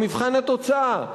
במבחן התוצאה,